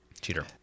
Cheater